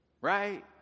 Right